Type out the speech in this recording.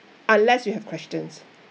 unless you have questions